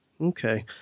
Okay